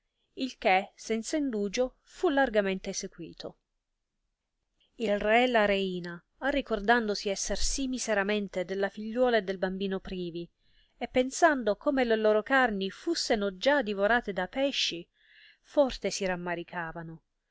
il che senza indugio fu largamente essequito il re e la reina arricordandosi esser sì miseramente della figliuola e del bambino privi e pensando come le loro carni fusseno già divorate da pesci forte si